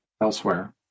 elsewhere